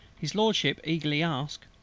his lordship eagerly asked,